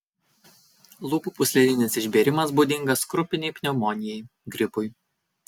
lūpų pūslelinis išbėrimas būdingas krupinei pneumonijai gripui